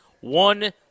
One